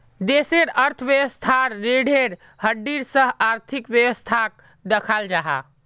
देशेर अर्थवैवास्थार रिढ़ेर हड्डीर सा आर्थिक वैवास्थाक दख़ल जाहा